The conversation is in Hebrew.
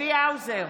צבי האוזר,